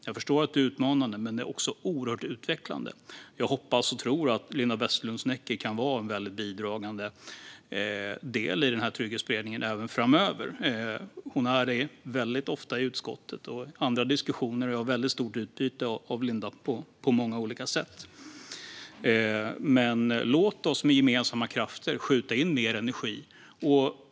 Jag förstår att det är utmanande, men det är också oerhört utvecklande. Jag hoppas och tror att Linda Westerlund Snecker kan vara en bidragande del i denna trygghetsberedning även framöver. Hon är det ofta i utskottet och i andra diskussioner, och jag har stort utbyte av Linda på många olika sätt. Låt oss med gemensamma krafter skjuta in mer energi.